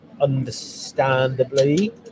understandably